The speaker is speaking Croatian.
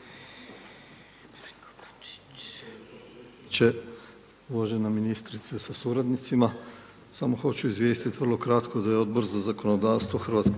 Hrvatskoga